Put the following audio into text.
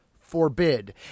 forbid